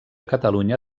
catalunya